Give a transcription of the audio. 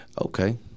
Okay